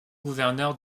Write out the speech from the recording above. gouverneur